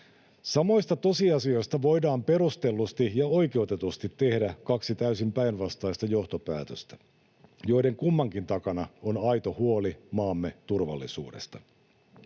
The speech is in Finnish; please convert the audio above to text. Samoista tosiasioista voidaan perustellusti ja oikeutetusti tehdä kaksi täysin päinvastaista johtopäätöstä, joiden kummankin takana on aito huoli maamme turvallisuudesta.